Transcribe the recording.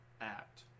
act